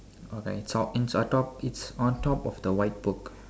okay so it's on top it's on top of the white book